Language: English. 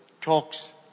talks